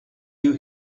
you